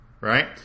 Right